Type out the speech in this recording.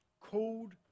called